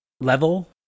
level